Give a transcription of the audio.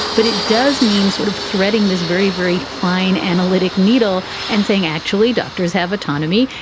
but it does mean sort of threading this very, very fine analytic needle and saying, actually, doctors have autonomy,